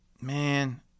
Man